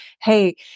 hey